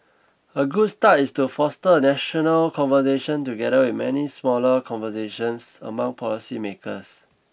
a good start is to foster national conversation together with many smaller conversations among policy makers